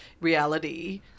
Reality